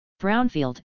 brownfield